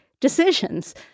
decisions